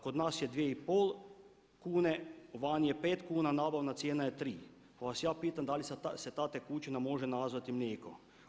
Kod nas je dvije i pol kune, vani je pet kuna nabavna cijena je tri, pa vas ja pitam da li se ta tekućina može nazvati mlijekom?